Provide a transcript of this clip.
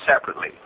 separately